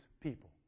people